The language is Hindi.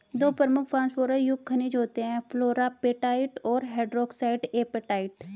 दो प्रमुख फॉस्फोरस युक्त खनिज होते हैं, फ्लोरापेटाइट और हाइड्रोक्सी एपेटाइट